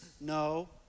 No